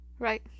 Right